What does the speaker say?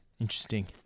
Interesting